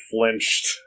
flinched